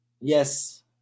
Yes